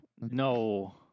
no